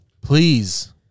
please